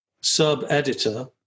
sub-editor